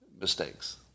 mistakes